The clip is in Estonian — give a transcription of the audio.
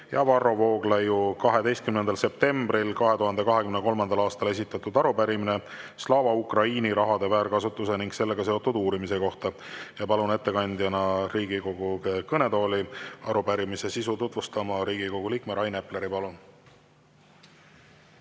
ja Varro Vooglaiu 12. septembril 2023. aastal esitatud arupärimine Slava Ukraini rahade väärkasutuse ning sellega seotud uurimise kohta. Palun Riigikogu kõnetooli arupärimise sisu tutvustama Riigikogu liikme Rain Epleri. Palun!